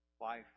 life